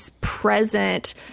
present